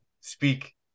speak